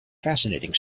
fascinating